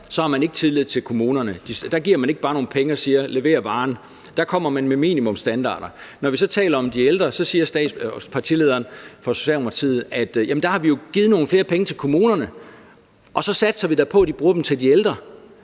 har man ikke tillid til kommunerne. Der giver man ikke bare nogle penge og siger: Levér varen. Der kommer man med minimumsstandarder. Når vi så taler om de ældre, siger partilederen for Socialdemokratiet: Jamen der har vi jo givet nogle flere penge til kommunerne, og så satser vi da på, at de bruger dem til de ældre.